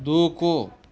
దూకు